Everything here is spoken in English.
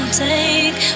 take